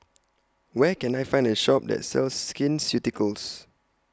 Where Can I Find A Shop that sells Skin Ceuticals